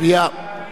סעיפים 1